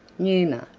numa,